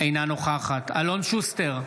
אינה נוכחת אלון שוסטר,